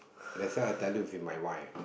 that's why I tell you feed my wife